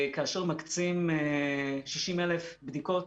כאשר מקצים 60,000 בדיקות